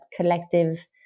collective